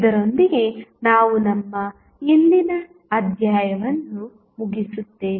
ಇದರೊಂದಿಗೆ ನಾವು ನಮ್ಮ ಇಂದಿನ ಅಧ್ಯಾಯವನ್ನು ಮುಗಿಸುತ್ತೇವೆ